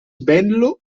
bello